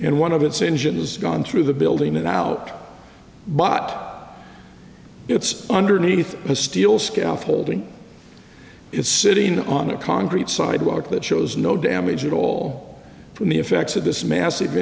and one of its engines gone through the building it out but it's underneath a steel scout holding is sitting on a concrete sidewalk that shows no damage at all from the effects of this massive